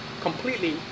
completely